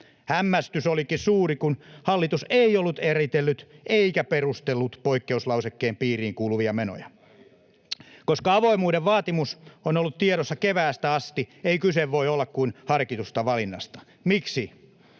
Hämmästys olikin suuri, kun hallitus ei ollut eritellyt eikä perustellut poikkeuslausekkeen piiriin kuuluvia menoja. Koska avoimuuden vaatimus on ollut tiedossa keväästä asti, ei kyse voi olla kuin harkitusta valinnasta. Miksi?